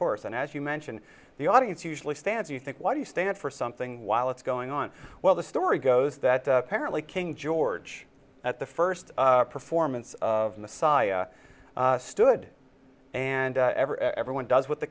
course and as you mention the audience usually stands you think why do you stand for something while it's going on while the story goes that apparently king george at the first performance of messiah stood and ever everyone does what the